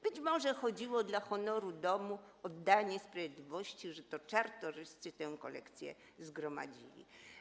Być może chodziło o honor domu, o oddanie sprawiedliwości, o to, że to Czartoryscy tę kolekcję zgromadzili.